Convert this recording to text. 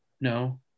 No